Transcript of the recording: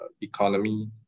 economy